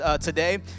today